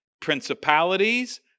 principalities